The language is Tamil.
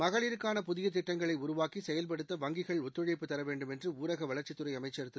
மகளிருக்கான புதியதிட்டங்களைஉருவாக்கிசெயல்படுத்த வங்கிகள் ஒத்துழைப்பு தரவேண்டும் என்றுஊரகவளர்ச்சித்துறைஅமைச்சர் திரு